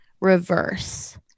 reverse